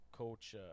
Coach